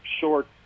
short